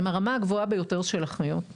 הן הרמה הגבוהה ביותר של אחיות.